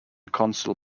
council